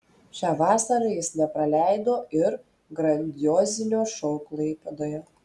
šią vasarą jis nepraleido ir grandiozinio šou klaipėdoje